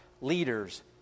leaders